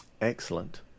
Excellent